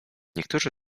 niektórzy